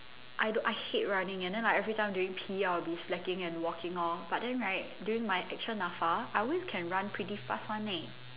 I don't I hate running and then like everytime during P_E I will be slacking and walking lor but then right during my actual NAPFA I always can run pretty fast [one] leh